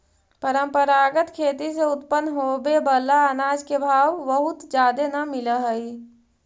परंपरागत खेती से उत्पन्न होबे बला अनाज के भाव बहुत जादे न मिल हई